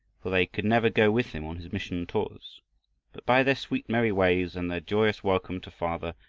for they could never go with him on his mission tours. but by their sweet merry ways and their joyous welcome to father,